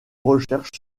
recherche